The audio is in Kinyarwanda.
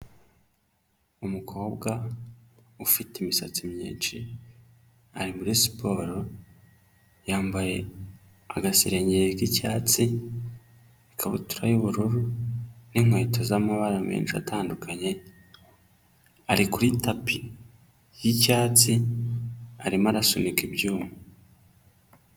Umukobwa ufite imisatsi myinshi ari muri siporo. Yambaye agasengeri k'icyatsi, ikabutura y'ubururu n'inkweto z'amabara menshi atandukanye. Ari kuri tapi y'icyatsi arimo arasunika ibyuma.